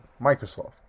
Microsoft